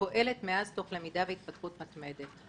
ופועלת מאז תוך למידה והתפתחות מתמדת.